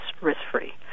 risk-free